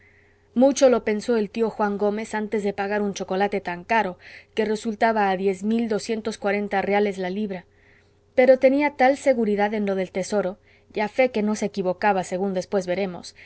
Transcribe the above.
mucho lo pensó el tío juan gómez antes de pagar un chocolate tan caro que resultaba a diez mil doscientos cuarenta reales la libra pero tenía tal seguridad en lo del tesoro y a fe que no se equivocaba según después veremos